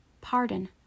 pardon